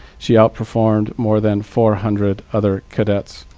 she outperformed more than four hundred other cadets.